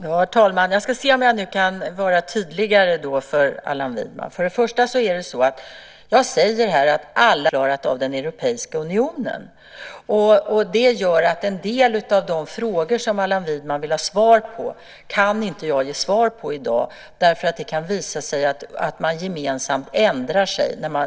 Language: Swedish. Herr talman! Jag ska se om jag nu kan vara tydligare för Allan Widman. Det jag först och främst säger här är att alla delar i konceptet inte är utklarade av den europeiska unionen. Det gör att en del av de frågor som Allan Widman vill ha svar på kan jag inte ge svar på i dag. Det kan nämligen visa sig att man gemensamt ändrar sig.